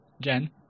Jen